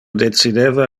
decideva